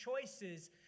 choices